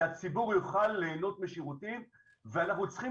שהציבור יוכל ליהנות משירותים ואנחנו צריכים